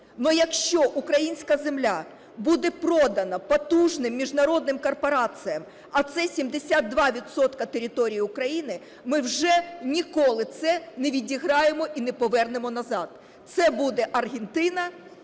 але якщо українська земля буде продана потужним міжнародним корпораціям, а це 72 відсотка території України, ми вже ніколи це не відіграємо і не повернемо назад. Це буде Аргентина